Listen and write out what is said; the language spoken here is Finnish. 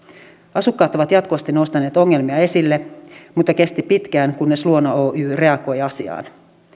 asukkaat ovat jatkuvasti nostaneet ongelmia esille mutta kesti pitkään kunnes luona oy reagoi asiaan